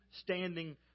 standing